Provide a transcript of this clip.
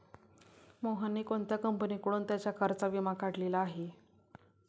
मोहनने कोणत्या कंपनीकडून त्याच्या कारचा विमा काढलेला आहे?